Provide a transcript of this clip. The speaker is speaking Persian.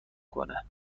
کنه